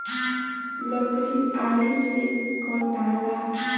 लकड़ी आरी से कटाला